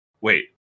wait